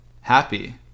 Happy